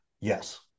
yes